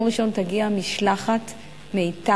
ביום ראשון תגיע משלחת מאיטליה,